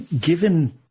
given